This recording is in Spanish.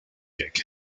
jet